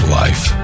life